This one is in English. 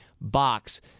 box